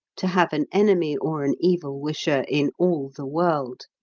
to have an enemy or an evil wisher in all the world.